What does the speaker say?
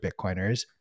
Bitcoiners